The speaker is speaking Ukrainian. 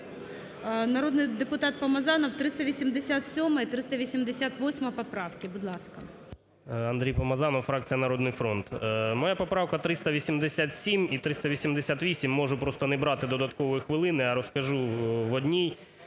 Народний депутат Помазанов, 387 і 388 поправки, будь ласка. 13:53:03 ПОМАЗАНОВ А.В. Андрій Помазанов, фракція "Народний фронт". Моя поправка 387 і 388. Можу просто не брати додаткової хвилини, а розкажу в одній.